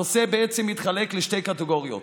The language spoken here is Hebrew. הנושא בעצם מתחלק לשתי קטגוריות: